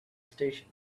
station